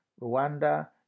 Rwanda